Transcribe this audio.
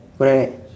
correct right